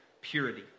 purity